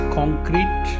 concrete